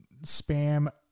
spam